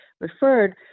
referred